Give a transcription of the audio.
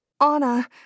Anna